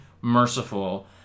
merciful